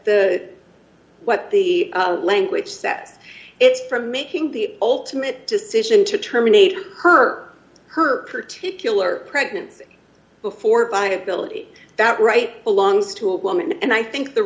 the what the language that it's for making the ultimate decision to terminate her her particular pregnancy before viability that right belongs to a woman and i think the